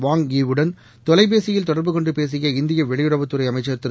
வாங் Yi வுடன் தொலைபேசியில் தொடர்பு கொண்டு பேசிய இந்திய வெளியுறவுத் துறை அமைச்சர் திரு